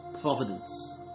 providence